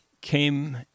came